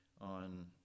on